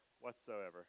whatsoever